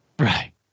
Right